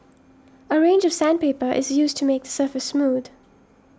a range of sandpaper is used to make the surface smooth